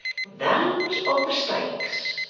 those are the stakes.